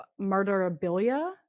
Murderabilia